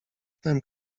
wtem